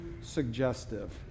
suggestive